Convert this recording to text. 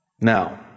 Now